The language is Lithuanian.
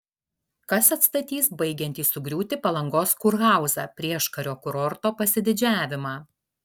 kas atstatys baigiantį sugriūti palangos kurhauzą prieškario kurorto pasididžiavimą